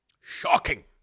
Shocking